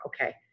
okay